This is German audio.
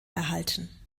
erhalten